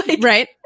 Right